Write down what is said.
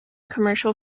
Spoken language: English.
commercial